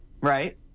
right